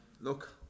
look